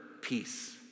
peace